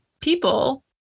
people